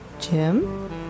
Jim